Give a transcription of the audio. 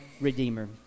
redeemer